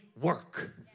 work